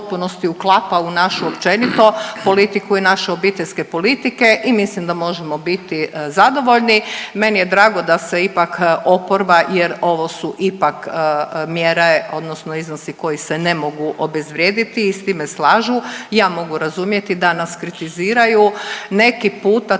uklapa u našu općenito politiku i naše obiteljske politike i mislim da možemo biti zadovoljni. Meni je drago da se ipak oporba, jer ovo su ipak mjere odnosno iznosi koji se ne mogu obezvrijediti, i s time slažu. Ja mogu razumjeti da nas kritiziraju, neki puta